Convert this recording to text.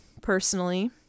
personally